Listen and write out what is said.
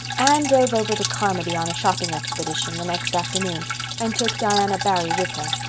anne drove over to carmody on a shopping expedition the next afternoon and took diana barry with her.